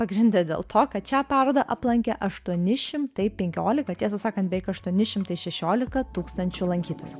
pagrinde dėl to kad šią parodą aplankė aštuoni šimtai penkiolika tiesą sakant beveik aštuoni šimtai šešiolika tūkstančių lankytojų